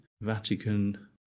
Vatican